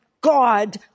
God